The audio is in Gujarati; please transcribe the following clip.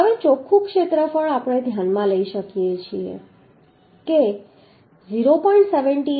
હવે ચોખ્ખું ક્ષેત્રફળ આપણે ધ્યાનમાં લઈ શકીએ છીએ કે 0